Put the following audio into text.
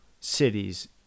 cities